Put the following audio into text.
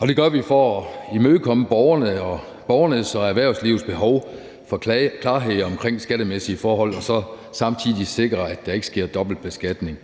Det gør vi for at imødekomme borgernes og erhvervslivets behov for klarhed omkring skattemæssige forhold og så samtidig sikre, at der ikke sker dobbeltbeskatning.